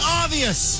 obvious